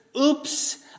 oops